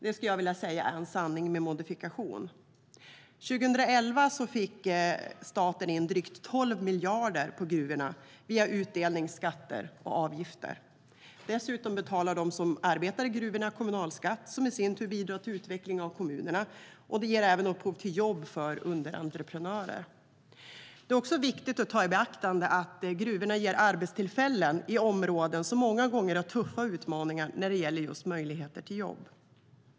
Det är en sanning med modifikation, skulle jag vilja säga. År 2011 fick staten in drygt 12 miljarder på gruvorna via utdelning, skatter och avgifter. Dessutom betalar de som arbetar i gruvorna kommunalskatt som i sin tur bidrar till utveckling av kommunerna. Det ger även upphov till jobb för underentreprenörer. Det är också viktigt att ta i beaktande att gruvorna ger arbetstillfällen i områden som många gånger har tuffa utmaningar när det gäller just möjligheter till jobb.